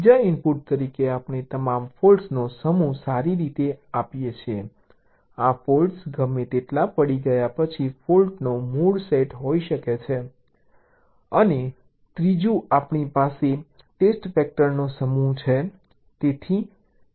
બીજા ઇનપુટ તરીકે આપણે તમામ ફોલ્ટ્સનો સમૂહ સારી રીતે આપીએ છીએ આ ફોલ્ટ્સ ગમે તેટલા પડી ગયા પછી ફોલ્ટનો મૂળ સેટ હોઈ શકે છે અને ત્રીજું આપણી પાસે ટેસ્ટ વેક્ટરનો સમૂહ છે